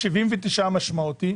ו-79% הולכים לשירות משמעותי.